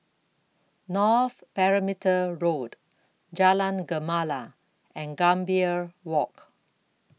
North Perimeter Road Jalan Gemala and Gambir Walk